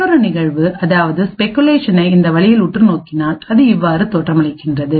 மற்றொரு நிகழ்வுஅதாவதுஸ்பெகுலேஷனைஇந்த வழியில் உற்று நோக்கினால் அது இவ்வாறு தோற்றமளிக்கின்றது